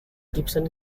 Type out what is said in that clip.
gibson